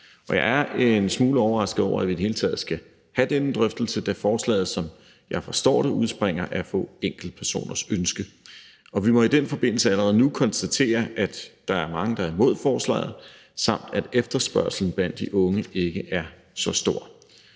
Jeg er en smule overrasket over, at vi i det hele taget skal have denne drøftelse, da forslaget, som jeg forstår det, udspringer af få enkeltpersoners ønske. Vi må i den forbindelse allerede nu konstatere, at der er mange, der er imod forslaget, samt at efterspørgslen blandt de unge ikke er så stor.